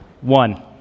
one